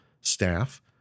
staff